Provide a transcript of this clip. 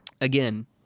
again